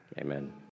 amen